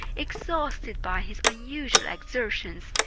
exhausted by his unusual exertions,